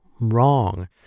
wrong